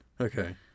Okay